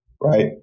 right